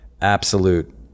absolute